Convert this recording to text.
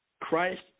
Christ